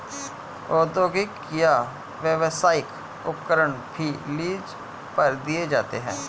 औद्योगिक या व्यावसायिक उपकरण भी लीज पर दिए जाते है